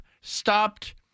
stopped